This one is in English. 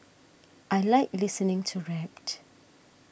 I like listening to rap